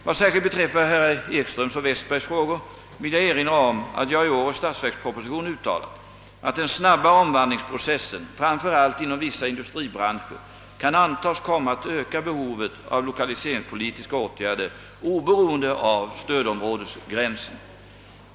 Vad särskilt beträffar herrar Ekströms och Westbergs frågor vill jag erinra om att jag i årets statsverksproposition uttalat, att den snabba omvandlingsprocessen framför allt inom vissa industribranscher kan antas komma att öka behovet av lokaliseringspolitiska åtgärder oberoende av stödområdesgränsen.